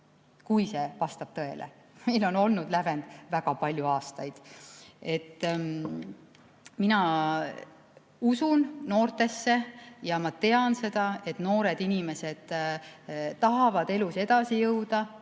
kui see vastab tõele. Meil on olnud lävend väga palju aastaid. Mina usun noortesse ja ma tean seda, et noored inimesed tahavad elus edasi jõuda,